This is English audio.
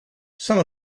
some